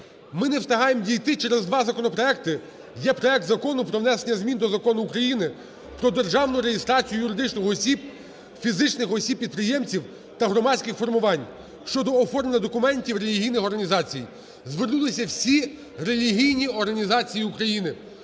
Ми не встигаємо дійти через два законопроекти. Є проект Закону про внесення змін до Закону України про державну реєстрацію юридичних осіб, фізичних осіб-підприємців та громадських формувань" (щодо оформлення документів релігійних організацій). Звернулися всі релігійні організації України,